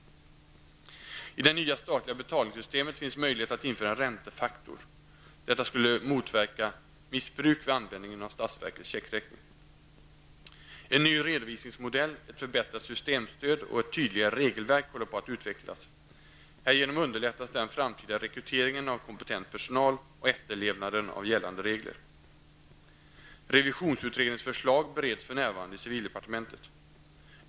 I det nya statliga betalningssystemet finns möjligheter att införa en räntefaktor. Detta skulle motverka missbruk vid användningen av statsverkets checkräkning. -- En ny redovisningsmodell, ett förbättrat systemstöd och ett tydligare regelverk håller på att utvecklas. Härigenom underlättas den framtida rekryteringen av kompetent personal och efterlevnaden av gällande regler. -- Revisionsutredningens förslag bereds för närvarande i civildepartementet.